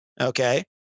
okay